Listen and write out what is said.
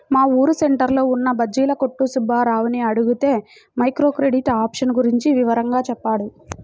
మా ఊరు సెంటర్లో ఉన్న బజ్జీల కొట్టు సుబ్బారావుని అడిగితే మైక్రో క్రెడిట్ ఆప్షన్ గురించి వివరంగా చెప్పాడు